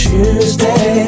Tuesday